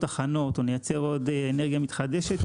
תחנות או נייצר עוד אנרגיה מתחדשת,